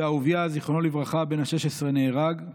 ואהוביה, זיכרונו לברכה, בן ה-16, נהרג.